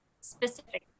specific